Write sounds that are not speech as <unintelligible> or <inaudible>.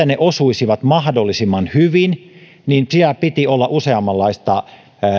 <unintelligible> ne osuisivat mahdollisimman hyvin niin siellä piti olla useammanlaista